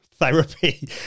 therapy